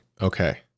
okay